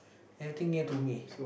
everything near to me